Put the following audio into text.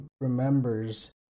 remembers